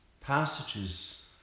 passages